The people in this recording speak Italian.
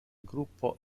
gruppo